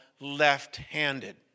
left-handed